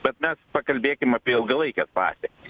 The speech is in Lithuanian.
bet mes pakalbėkim apie ilgalaikę patirtį